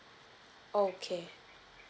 okay